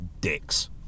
dicks